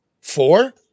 Four